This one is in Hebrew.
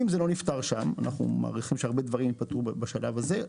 אנחנו מעריכים שהרבה דברים ייפתרו בשלב הזה,